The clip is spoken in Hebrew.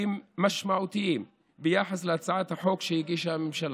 משמעותיים ביחס להצעת החוק שהגישה הממשלה.